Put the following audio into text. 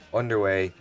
underway